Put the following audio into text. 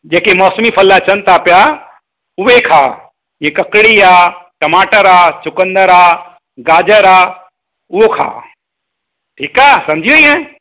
जेके मौसमी फल अचनि था पिया उहे खाउ जीअं ककड़ी आहे टमाटर आहे चुकंदर आहे गाजर आहे उहो खाउ ठीकु आहे समुझी वईअं